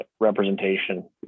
representation